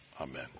Amen